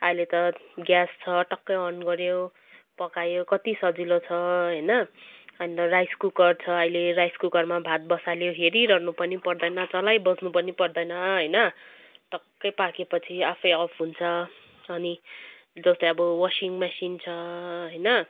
अहिले त ग्यास छ टक्कै अन गऱ्यो पकायो कत्ति सजिलो छ होइन अन्त राइस कुकर छ अहिले राइस कुकरमा भात बसाल्यो हेरिरहनु पनि पर्दैन चलाइबस्नु पनि पर्दैन होइन टक्कै पाक्यो पछि आफै अफ हुन्छ अनि जस्तै अब वसिङ मेसिन छ होइन